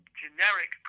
generic